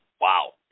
Wow